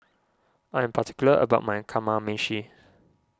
I am particular about my Kamameshi